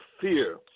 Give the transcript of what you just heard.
fear